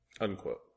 Unquote